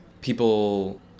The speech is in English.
People